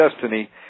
destiny